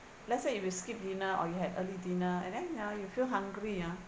let's say if you skip dinner or you had early dinner and then uh you feel hungry ya